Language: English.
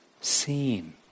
seen